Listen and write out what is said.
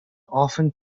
often